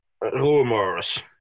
rumors